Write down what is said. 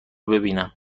ببینم